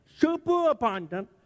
superabundant